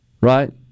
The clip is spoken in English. right